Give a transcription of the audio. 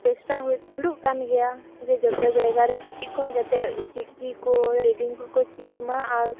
ᱪᱮᱥᱴᱟ ᱦᱚᱸ ᱪᱟᱞᱩᱜ ᱠᱟᱱ ᱜᱮᱭᱟ ᱡᱮ ᱡᱚᱛᱚ ᱡᱟᱭᱜᱟᱨᱮ ᱠᱟᱹᱴᱤᱡ ᱠᱷᱚᱱ ᱡᱟᱛᱮ ᱪᱤᱠᱤ ᱠᱚ ᱨᱤᱰᱤᱝ ᱠᱚᱠᱚ ᱪᱮᱫ ᱢᱟ ᱟᱨ